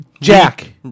Jack